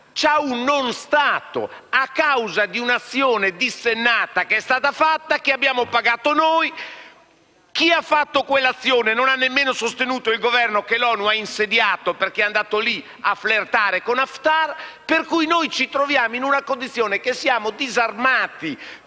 un non-Stato, a causa di un'azione dissennata che è stata fatta e che abbiamo pagato noi. E chi ha compiuto quell'azione non ha nemmeno sostenuto il Governo che l'ONU ha insediato, perché è andato a flirtare con Haftar. Ci troviamo quindi in una condizione per cui siamo disarmati,